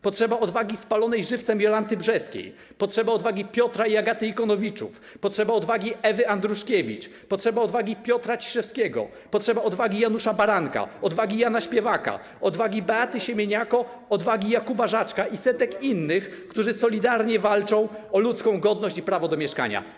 Potrzeba odwagi spalonej żywcem Jolanty Brzeskiej, potrzeba odwagi Piotra i Agaty Ikonowiczów, potrzeba odwagi Ewy Andruszkiewicz, potrzeba odwagi Piotra Ciszewskiego, potrzeba odwagi Janusza Baranka, odwagi Jana Śpiewaka, odwagi Beaty Siemieniako, odwagi Jakuba Żaczka i setek innych, którzy solidarnie walczą o ludzką godność i prawo do mieszkania.